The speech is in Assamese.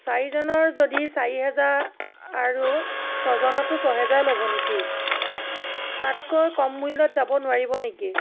চাৰিজনৰ যদি চাৰি হেজাৰ আৰু ছজনতো ছহেজাৰ ল'ব নেকি তাতকৈ কম মূল্যত যাব নোৱাৰিব নেকি